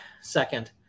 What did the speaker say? second